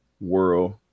world